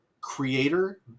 creator